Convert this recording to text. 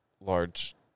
large